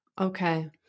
okay